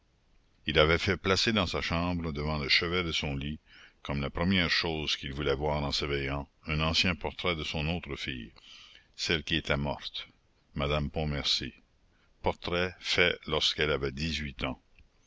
il avait fait placer dans sa chambre devant le chevet de son lit comme la première chose qu'il voulait voir en s'éveillant un ancien portrait de son autre fille celle qui était morte madame pontmercy portrait fait lorsqu'elle avait dix-huit ans